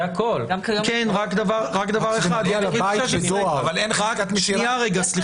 זה מגיע לבית בדואר --- אבל אין חזקת מסירה.